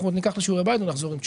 עוד ניקח לשיעורי בית ונחזור עם תשובות.